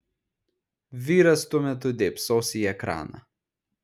vyras tuo metu dėbsos į ekraną